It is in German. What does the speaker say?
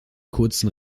kurzen